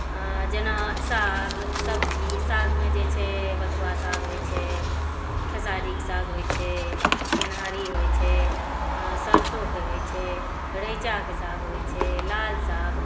जेना साग सब्जी सभ सागमे जे छै बथुआ साग होइ छै खेसारीक साग होइ छै गेनहारी होइ छै सरसोके होइ छै रैचाके साग होइ छै लाल साग